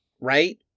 Right